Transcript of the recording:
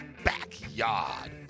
Backyard